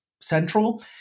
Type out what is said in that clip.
central